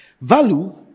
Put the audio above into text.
Value